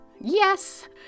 yes